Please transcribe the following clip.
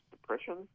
depression